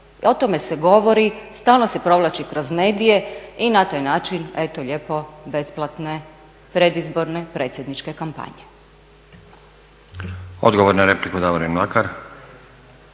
O tome se govori, stalno se provlači kroz medije i na taj način eto lijepo besplatne predizborne predsjedničke kampanje.